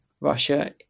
Russia